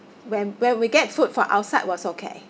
when when we get food from outside was okay